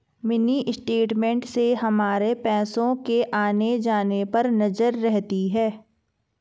mini statement से हमारे पैसो के आने जाने पर नजर रहती है